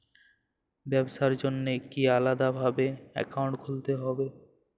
ব্যাবসার জন্য কি আলাদা ভাবে অ্যাকাউন্ট খুলতে হবে?